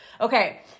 okay